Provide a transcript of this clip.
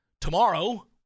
tomorrow